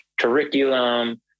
curriculum